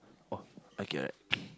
oh I get it